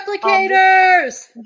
Replicators